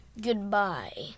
Goodbye